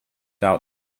out